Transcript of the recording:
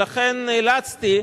ולכן נאלצתי,